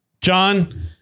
John